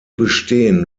bestehen